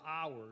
hours